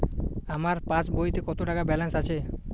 আমার পাসবইতে কত টাকা ব্যালান্স আছে?